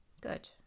Good